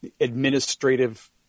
administrative